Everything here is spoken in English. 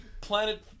planet